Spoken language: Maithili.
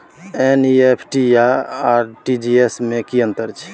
एन.ई.एफ.टी आ आर.टी.जी एस में की अन्तर छै?